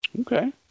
Okay